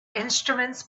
instruments